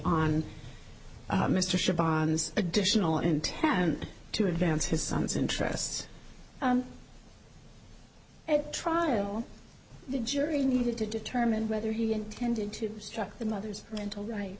mr additional intent to advance his son's interests at trial the jury needed to determine whether he intended to struck the mother's mental rights